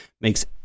makes